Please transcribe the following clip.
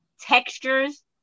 textures